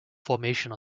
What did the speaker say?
formation